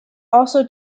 also